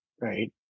right